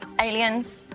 aliens